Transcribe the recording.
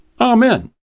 Amen